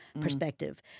perspective